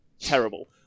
terrible